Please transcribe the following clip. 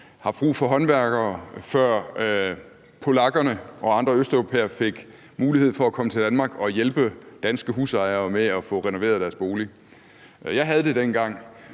haft brug for håndværkere, før polakkerne og andre østeuropæere fik mulighed for at komme til Danmark og hjælpe danske husejere med at få renoveret deres bolig. Jeg havde hus dengang,